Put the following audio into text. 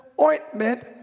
ointment